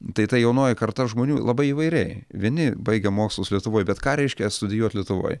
tai ta jaunoji karta žmonių labai įvairiai vieni baigę mokslus lietuvoj bet ką reiškia studijuot lietuvoj